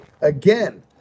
again